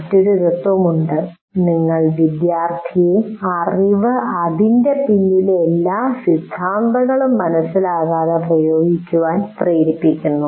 മറ്റൊരു തത്ത്വമുണ്ട് നിങ്ങൾ വിദ്യാർത്ഥിയെ അറിവ് അതിന്റെ പിന്നിലെ എല്ലാ സിദ്ധാന്തങ്ങളും മനസ്സിലാക്കാതെ പ്രയോഗിക്കാൻ പ്രേരിപ്പിക്കുന്നു